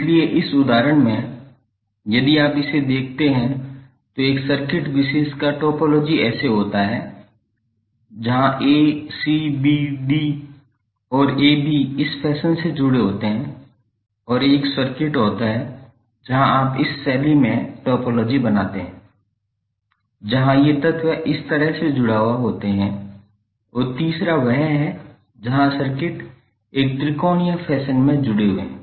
इसलिए इस उदाहरण में यदि आप इसे देखते हैं तो एक विशेष सर्किट का टोपोलॉजी ऐसा होता है जहां a c b d और a b इस फैशन से जुड़े होते हैं और एक और सर्किट होता है जहां आप इस शैली में टोपोलॉजी बनाते हैं जहां ये तत्व इस तरह से जुड़ा हुआ होते हैं और तीसरा वह है जहां सर्किट एक त्रिकोणीय फैशन में जुड़े हुए हैं